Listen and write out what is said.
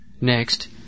Next